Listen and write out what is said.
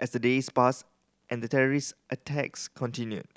as the days passed and the terrorist attacks continued